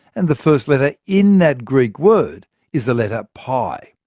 and the first letter in that greek word is the letter pi,